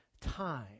time